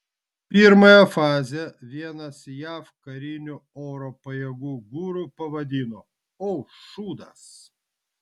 pirmąją fazę vienas jav karinių oro pajėgų guru pavadino o šūdas